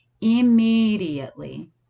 immediately